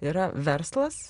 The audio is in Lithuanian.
yra verslas